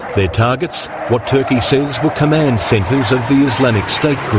their targets what turkey says were command centres of the islamic state group.